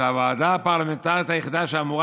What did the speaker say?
שהוועדה הפרלמנטרית היחידה שאמורה